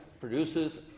produces